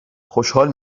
خوشحال